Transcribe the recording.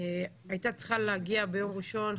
הייתה צריכה להגיע ביום ראשון.